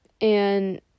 and-